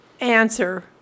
answer